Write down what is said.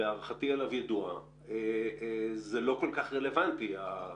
והערכתי אליו ידועה, זה לא כל כך רלוונטי.